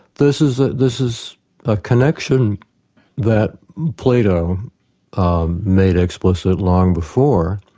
this is ah this is a connection that plato um made explicit long before,